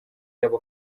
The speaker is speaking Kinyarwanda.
yabo